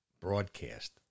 broadcast